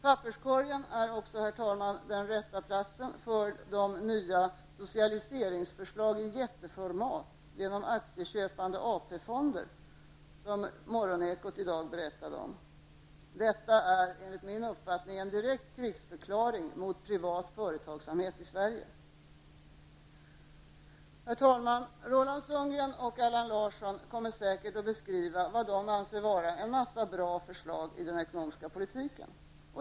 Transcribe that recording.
Papperskorgen är också, herr talman, den rätta platsen för de nya socialiceringsförslag i jätte format genom aktieköpande AP-fonder som man i Morgonekot i dag berättade om. Detta är enligt min uppfattning en direkt krigsförklaring mot privat företagsamhet i Sverige. Herr talman! Roland Sundgren och Allan Larsson kommer säkert att beskriva vad de anser vara bra förslag i den ekonomiska politiken.